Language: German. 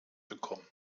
bekommen